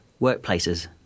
workplaces